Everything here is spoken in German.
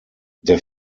der